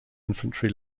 infantry